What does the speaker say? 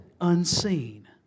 unseen